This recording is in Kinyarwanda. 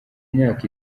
imyaka